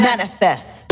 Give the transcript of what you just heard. Manifest